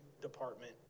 department